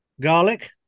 garlic